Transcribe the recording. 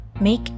make